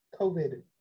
COVID